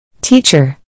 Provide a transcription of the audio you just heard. Teacher